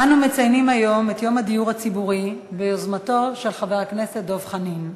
אנו מציינים היום את יום הדיור הציבורי ביוזמתו של חבר הכנסת דב חנין.